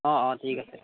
অঁ অঁ ঠিক আছে